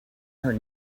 her